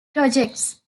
projects